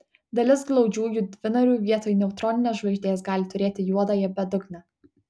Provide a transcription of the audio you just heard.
dalis glaudžiųjų dvinarių vietoj neutroninės žvaigždės gali turėti juodąją bedugnę